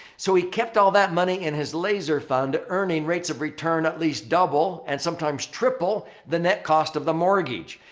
so, he kept all that money in his laser fund earning rates of return at least double and sometimes triple the net cost of the mortgage.